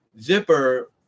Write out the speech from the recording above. Zipper